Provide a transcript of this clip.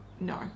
no